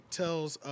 tells